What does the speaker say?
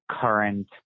current